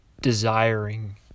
desiring